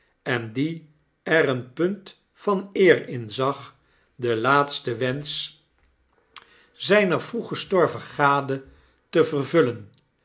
en die er een punt van eer in zag den laatsten wensch zyner vroeg gestorven gade te vervullen